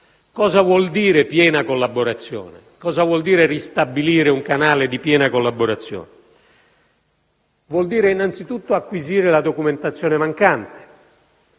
magistrati e investigatori egiziani. Cosa vuol dire ristabilire un canale di piena collaborazione? Vuol dire, innanzitutto, acquisire la documentazione mancante,